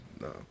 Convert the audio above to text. no